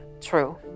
true